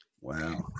Wow